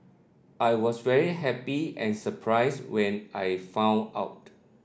I was very happy and surprised when I found out